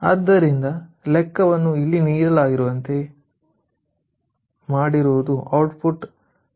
ಆದ್ದರಿಂದ ಲೆಕ್ಕಾವನ್ನು ಇಲ್ಲಿ ನೀಡಲಾಗಿರುವಂತೆ ಮಾಡುವುದರಿಂದ ಔಟ್ಪುಟ್ 2